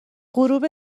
غروب